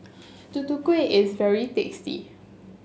Tutu Kueh is very tasty